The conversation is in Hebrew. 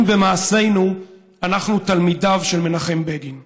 אם במעשינו אנחנו תלמידיו של מנחם בגין.